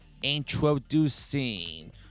Introducing